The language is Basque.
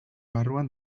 barruan